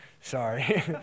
sorry